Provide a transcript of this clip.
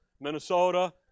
Minnesota